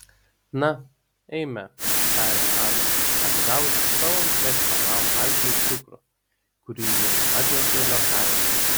na eime tarė ana atidavusi savo mėgstamam arkliui cukrų kurį jai atnešė liokajus